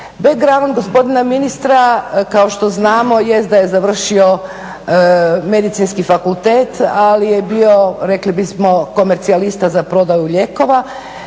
Background gospodina ministra kao što znamo jest da je završio Medicinski fakultet, ali je bio rekli bismo komercijalista za prodaju lijekova,